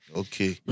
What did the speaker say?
okay